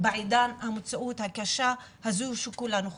בעידן המציאות הקשה הזו שכולנו חווים.